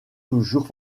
toujours